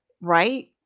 right